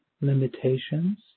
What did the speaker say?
limitations